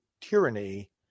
tyranny